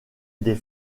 des